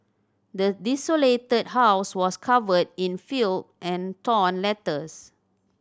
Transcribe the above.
the desolated house was covered in filth and torn letters